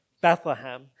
Bethlehem